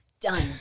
Done